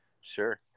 Sure